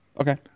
Okay